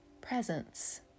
presence